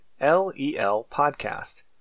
LELpodcast